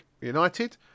United